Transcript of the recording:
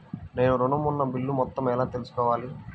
నేను ఋణం ఉన్న బిల్లు మొత్తం ఎలా తెలుసుకోవాలి?